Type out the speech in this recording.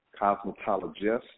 cosmetologist